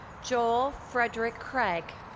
joel frederick craig.